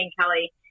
Kelly